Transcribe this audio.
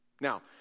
Now